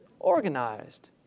organized